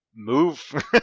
Move